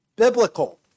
Biblical